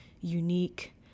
unique